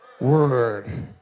word